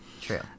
True